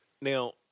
Now